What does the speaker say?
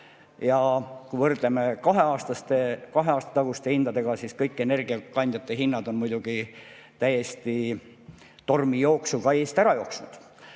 Ja kui me võrdleme kahe aasta taguste hindadega, siis kõik energiakandjate hinnad on muidugi täiesti tormijooksuga eest ära jooksnud,